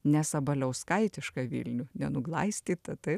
nesabaliauskaitišką vilnių nenuglaistytą taip